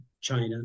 China